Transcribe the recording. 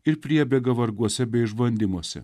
ir priebėga varguose bei išbandymuose